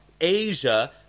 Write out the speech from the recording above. Asia